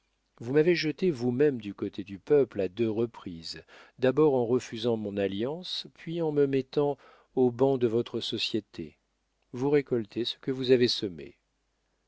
vous m'avez jeté vous-même du côté du peuple à deux reprises d'abord en refusant mon alliance puis en me mettant au ban de votre société vous récoltez ce que vous avez semé